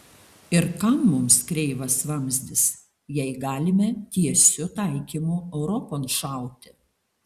ir kam mums kreivas vamzdis jei galime tiesiu taikymu europon šauti